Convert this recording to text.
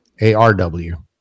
A-R-W